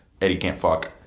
EddieCantFuck